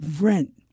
rent